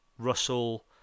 Russell